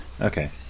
Okay